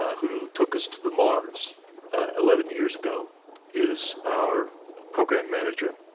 who took us to the mars eleven years ago is our program manager.